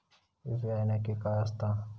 UPI नक्की काय आसता?